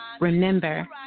Remember